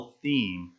theme